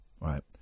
Right